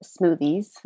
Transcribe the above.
smoothies